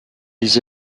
des